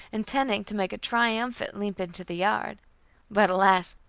intending to make a triumphant leap into the yard but, alas!